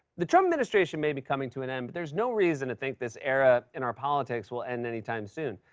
the trump administration may be coming to an end, but there's no reason to think this era in our politics will end any time soon.